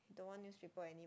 don't want newspaper any